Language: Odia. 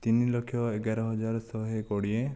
ତିନି ଲକ୍ଷ ଏଗାର ହଜାର ଶହେ କୋଡ଼ିଏ